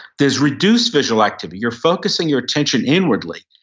there's reduced visual activity, you're focusing your attention inwardly.